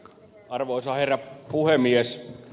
arvoisa herra puhemies